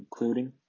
including